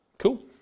Cool